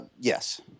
Yes